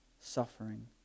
suffering